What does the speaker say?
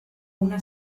una